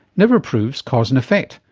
never proves cause and effect,